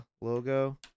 logo